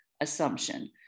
assumption